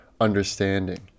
understanding